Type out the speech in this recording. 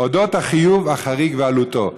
אודות החיוב החריג ועלותו.